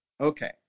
Okay